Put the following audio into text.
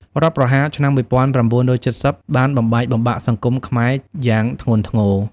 រដ្ឋប្រហារឆ្នាំ ១៩៧០ បានបំបែកបំបាក់សង្គមខ្មែរយ៉ាងធ្ងន់ធ្ងរ។